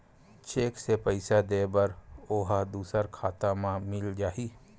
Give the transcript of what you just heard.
Cheque से पईसा दे बर ओहा दुसर खाता म मिल जाही?